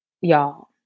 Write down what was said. Y'all